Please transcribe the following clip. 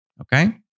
okay